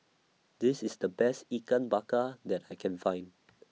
This IS The Best Ikan Bakar that I Can Find